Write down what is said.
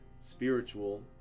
spiritual